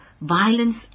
violence